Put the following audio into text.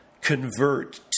convert